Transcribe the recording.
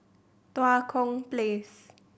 Tua Kong Place